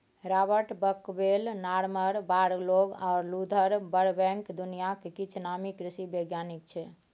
Robert Bakewell, Norman Borlaug आ Luther Burbank दुनियाक किछ नामी कृषि बैज्ञानिक छै